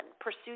pursue